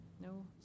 No